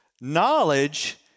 Knowledge